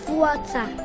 water